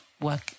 work